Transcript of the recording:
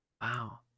Wow